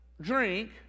drink